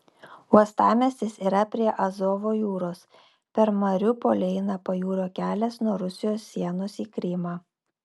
uostamiestis yra prie azovo jūros per mariupolį eina pajūrio kelias nuo rusijos sienos į krymą